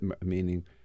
meaning